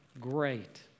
great